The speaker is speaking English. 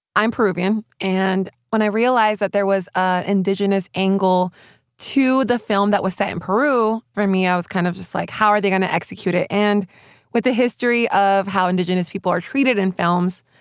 i'm peruvian, and when i realized that there was an ah indigenous angle to the film that was set in peru, for me, i was kind of just like, how are they going to execute it? and with the history of how indigenous people are treated in films,